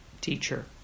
teacher